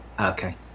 Okay